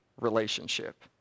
relationship